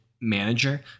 manager